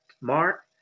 Mark